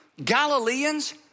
Galileans